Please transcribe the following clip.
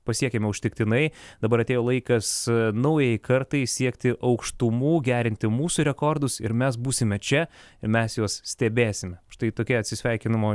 pasiekėm užtektinai dabar atėjo laikas naujai kartai siekti aukštumų gerinti mūsų rekordus ir mes būsime čia ir mes juos stebėsime štai tokia atsisveikinimo